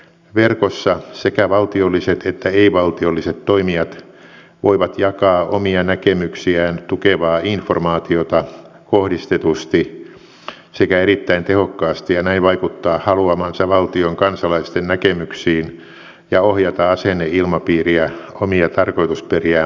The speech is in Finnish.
verkossa sekä valtiolliset että ei valtiolliset toimijat voivat jakaa omia näkemyksiään tukevaa informaatiota kohdistetusti sekä erittäin tehokkaasti ja näin vaikuttaa haluamansa valtion kansalaisten näkemyksiin ja ohjata asenneilmapiiriä omia tarkoitusperiään palvelevaan suuntaan